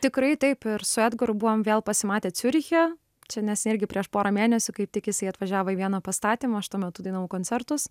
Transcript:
tikrai taip ir su edgaru buvom vėl pasimatę ciuriche čia neseniai irgi prieš porą mėnesių kaip tik jisai atvažiavo į vieną pastatymą aš tuo metu dainavau koncertus